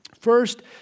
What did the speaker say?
First